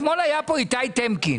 אתמול היה כאן איתי טמקין.